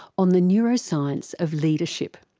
on the neuroscience of leadership.